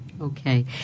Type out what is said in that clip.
Okay